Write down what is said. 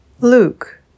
Luke